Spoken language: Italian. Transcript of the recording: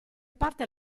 parte